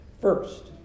first